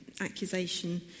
accusation